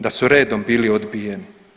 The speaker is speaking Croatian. Da su redom bili odbijeni.